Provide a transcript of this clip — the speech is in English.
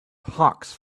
hawks